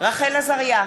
רחל עזריה,